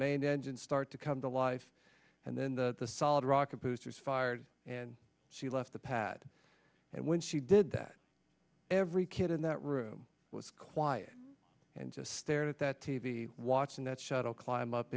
main engine start to come to life and then the solid rocket boosters fired and she left the pad and when she did that every kid in that room was quiet and just stared at that t v watching that shuttle climb up